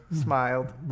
smiled